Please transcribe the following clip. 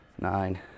nine